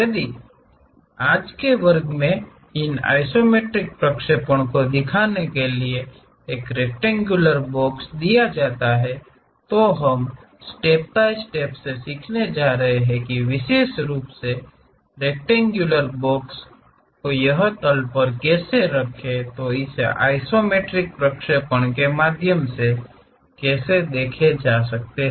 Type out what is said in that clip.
यदि आज के वर्ग में इन आइसोमेट्रिक प्रक्षेपणों को दिखाने के लिए एक रेक्टेंगुलर बॉक्स दिया जाता है तो हम स्टेप बाय स्टेप सीखने जा रहे हैं कि विशेष रूप से रेक्टेंगुलर बॉक्स को यह तल पर कैसे रखे तो इसे आइसोमेट्रिक प्रक्षेपणों के माध्यम से कैसे देखा जा सकता है